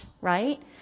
right